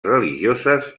religioses